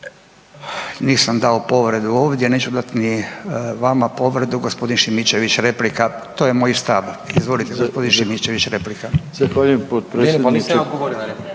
Nisam dao povredu ovdje, neću dati ni vama povredu. G. Šimičević, replika. To je moj stav. Izvolite g. Šimičević replika.